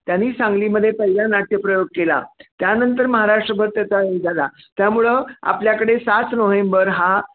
त्यांनी सांगलीमध्ये पहिला नाट्यप्रयोग केला त्यानंतर महाराष्ट्रभर त्याचा झाला त्यामुळं आपल्याकडे सात नोव्हेंबर हा